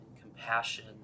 compassion